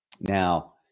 Now